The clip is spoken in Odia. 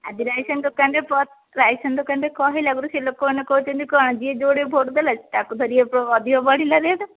ଆଜି ରାଇସନ୍ ଦୋକାନରେ ରାଇସନ ଦୋକାନରେ କଣ ହେଲା କହିଲୁ ସେ ଲୋକମାନେ କହୁଛନ୍ତି କ'ଣ ଯିଏ ଯେଉଁଟେ ଭୋଟ ଦେଲା ତାକୁ ଧରି ଏ ଅଧିକ ବଢ଼ିଲା